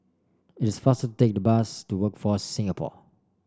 it's faster take the bus to Workforce Singapore